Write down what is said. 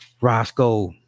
Roscoe